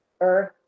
earth